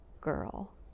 girl